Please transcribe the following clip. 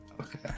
Okay